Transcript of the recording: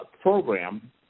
program